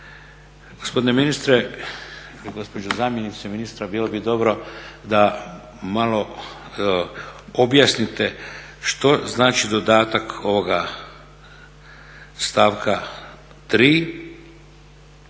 Gospodine ministre, gospođo zamjenice ministra, bilo bi dobro da malo objasnite što znači dodatak ovoga stavka 3.